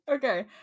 Okay